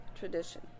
tradition